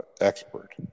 expert